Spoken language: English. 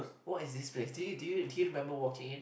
what is this place did you did you remember walking in